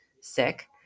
sick